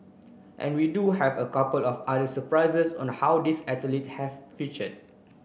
and we do have a couple of other surprises on how these athletes have featured